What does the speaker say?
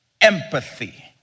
empathy